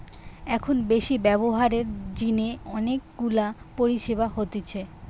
এখন বেশি ব্যবহারের জিনে অনেক গুলা পরিষেবা হতিছে